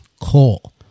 coal